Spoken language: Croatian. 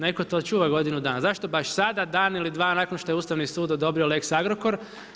Neko je to čuvao godinu dana, zašto baš sada dan ili dva nakon što je Ustavni sud odobrio lex Agrokor?